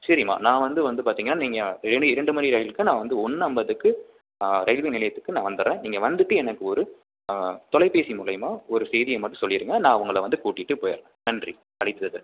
சரிம்மா நான் வந்து வந்து பார்த்தீங்கன்னா நீங்கள் இனி இரண்டு மணி ரயிலுக்கு நான் வந்து ஒன்று ஐம்பதுக்கு ரயில்வே நிலையத்துக்கு நான் வந்துடுறேன் நீங்கள் வந்துட்டு எனக்கு ஒரு தொலைபேசி மூலிமா ஒரு செய்தியை மட்டும் சொல்லிடுங்க நான் உங்களை வந்து கூட்டிகிட்டு போய்விட்றேன் நன்றி அழைத்ததற்கு